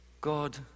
God